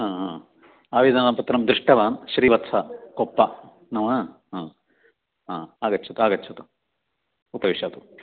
आवेदानपत्रं दृष्टवान् श्रीवत्सः कोप्पा न वा आगच्छतु आगच्छतु उपविशतु